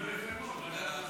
ההצעה להעביר את